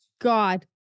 God